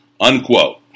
Unquote